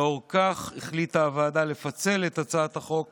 לאור זאת החליטה הוועדה לפצל את הצעת החוק